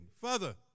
Father